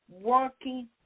working